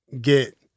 get